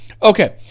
Okay